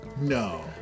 No